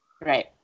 right